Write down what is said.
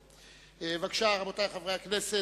בבקשה, רבותי חברי הכנסת.